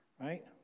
right